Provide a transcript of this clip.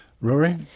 Rory